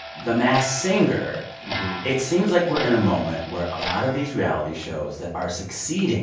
the masked singer it seems like we're in a moment where a lot of these reality shows that are succeeding